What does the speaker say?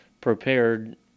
prepared